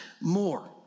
more